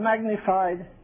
magnified